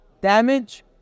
damage